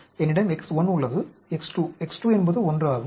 என்னிடம் X1 உள்ளது X2 X2 என்பது 1 ஆகும்